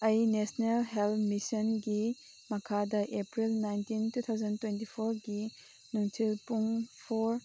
ꯑꯩ national health ꯃꯤꯁꯟꯒꯤ April nineteen two thousand twenty ꯐꯣꯔꯒꯤ ꯅꯨꯡꯊꯤꯜ ꯄꯨꯡ ꯐꯣꯔ